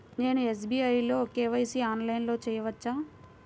నేను ఎస్.బీ.ఐ లో కే.వై.సి ఆన్లైన్లో చేయవచ్చా?